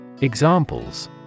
Examples